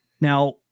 Now